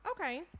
Okay